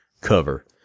cover